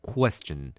Question